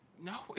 No